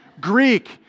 Greek